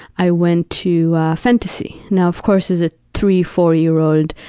i went to fantasy. now, of course, as a three, four-year-old,